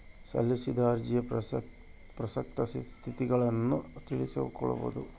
ಸಲ್ಲಿಸಿದ ಅರ್ಜಿಯ ಪ್ರಸಕ್ತ ಸ್ಥಿತಗತಿಗುಳ್ನ ತಿಳಿದುಕೊಂಬದು